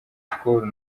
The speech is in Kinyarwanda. school